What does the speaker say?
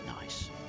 Nice